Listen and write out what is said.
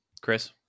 Chris